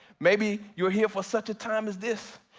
maybe you're here for such a time as this.